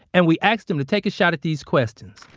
and we asked them to take a shot at these questions